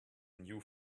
new